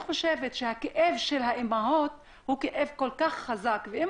לדעתי הכאב של האימהות הוא כאב כל כך חזק ואם